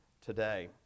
today